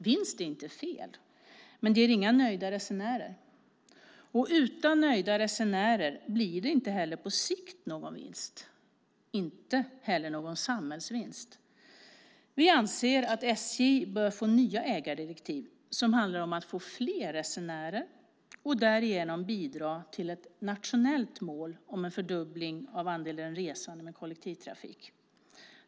Vinst är inte fel, men det ger inga nöjda resenärer. Utan nöjda resenärer blir det på sikt inte någon vinst, inte heller någon samhällsvinst. Vi anser att SJ bör få nya ägardirektiv som handlar om att få fler resenärer och därigenom bidra till ett nationellt mål om en fördubbling av andelen resande med kollektivtrafik.